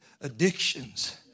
Addictions